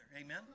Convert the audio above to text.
Amen